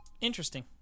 Interesting